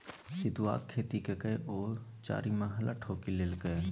सितुआक खेती ककए ओ चारिमहला ठोकि लेलकै